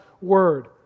Word